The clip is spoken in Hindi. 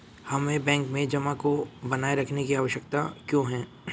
हमें बैंक में जमा को बनाए रखने की आवश्यकता क्यों है?